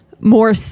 more